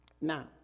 Now